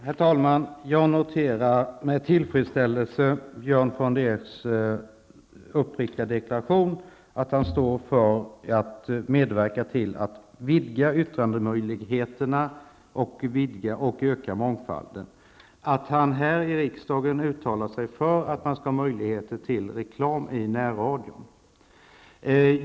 Herr talman! Jag noterar med tillfredsställelse Björn von der Eschs uppriktiga deklaration att han står för att han vill medverka till att vidga yttrandemöjligheterna och öka mångfalden, att han här i riksdagen uttalar sig för att det skall finnas möjligheter till reklam i närradion.